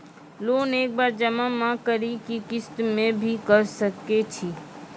Loan एक बार जमा म करि कि किस्त मे भी करऽ सके छि?